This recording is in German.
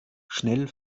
schnell